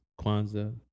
Kwanzaa